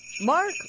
Mark